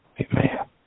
Amen